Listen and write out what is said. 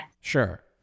Sure